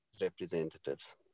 representatives